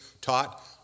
taught